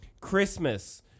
Christmas